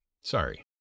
Sorry